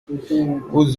vous